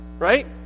Right